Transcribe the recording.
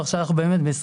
ועכשיו אנחנו ב-22%,